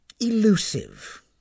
elusive